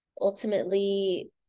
ultimately